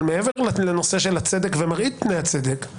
אבל מעבר לנושא של הצדק ומראית פני הצדק,